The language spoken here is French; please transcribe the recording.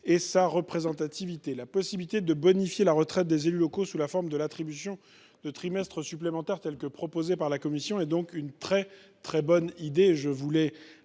et sa représentativité. La possibilité de bonifier la retraite des élus locaux sous la forme de l’attribution de trimestres supplémentaires, telle qu’elle est proposée par la commission, est une excellente idée.